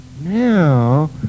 now